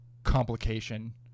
complication